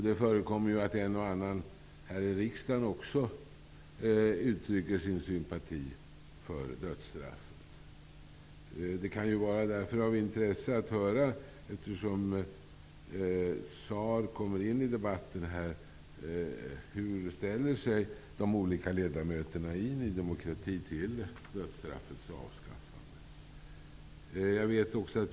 Det förekommer även att en och annan ledamot här i riksdagen uttrycker sin sympati för dödsstraffet. Eftersom Claus Zaar kommer in i debatten, kan det därför vara av intresse att få höra hur de olika ledamöterna i Ny demokrati ställer sig till dödsstraffets avskaffande.